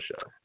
Show